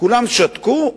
כולם שתקו,